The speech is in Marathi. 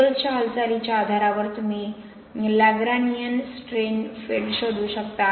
स्पेकल्सच्या हालचालीच्या आधारावर तुम्ही लॅग्रॅन्गियन स्ट्रेन फील्ड शोधू शकता